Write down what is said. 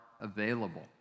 available